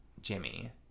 Jimmy